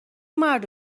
مرد